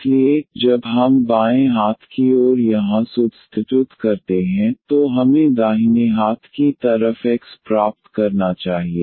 इसलिए जब हम बाएं हाथ की ओर यहां सुब्स्तिटुत करते हैं तो हमें दाहिने हाथ की तरफ X प्राप्त करना चाहिए